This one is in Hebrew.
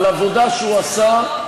על העבודה שהוא עשה,